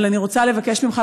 אבל אני רוצה לבקש ממך,